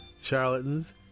charlatans